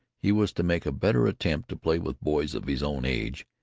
he was to make a better attempt to play with boys of his own age.